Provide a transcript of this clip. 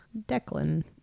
Declan